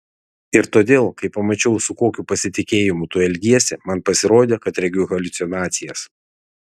ir todėl kai pamačiau su kokiu pasitikėjimu tu elgiesi man pasirodė kad regiu haliucinacijas